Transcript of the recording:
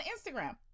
Instagram